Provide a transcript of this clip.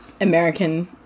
American